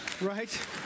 right